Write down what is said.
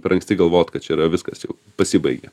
per anksti galvot kad čia yra viskas jau pasibaigė